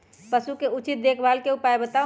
पशु के उचित देखभाल के उपाय बताऊ?